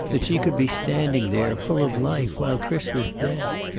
that she could be standing there, full of life, while chris was dead.